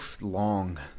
long